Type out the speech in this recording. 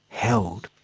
held.